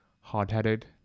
hard-headed